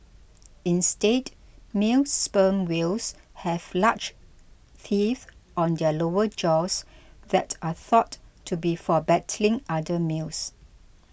instead male sperm whales have large teeth on their lower jaws that are thought to be for battling other males